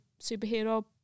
superhero